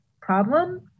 problem